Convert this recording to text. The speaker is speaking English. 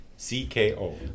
C-K-O